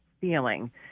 feeling